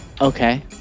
okay